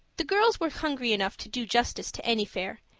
the girls were hungry enough to do justice to any fare,